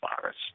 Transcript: virus